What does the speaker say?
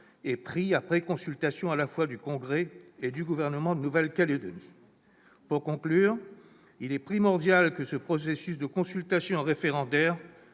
est pris après consultation à la fois du congrès et du gouvernement de la Nouvelle-Calédonie. Pour conclure, je dirai qu'il est primordial que ce processus de consultation référendaire